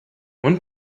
when